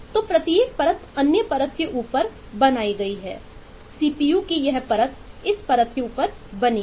तो प्रत्येक परत अन्य परत के ऊपर बनाई गई है